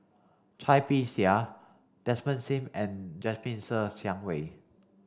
Cai Bixia Desmond Sim and Jasmine Ser Xiang Wei